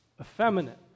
Effeminate